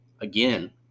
again